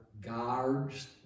guards